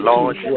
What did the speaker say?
Lord